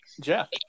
Jeff